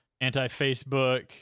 anti-facebook